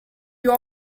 you